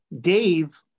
Dave